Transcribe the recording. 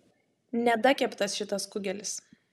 nedakeptas šitas kugelis